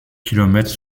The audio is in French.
kilomètres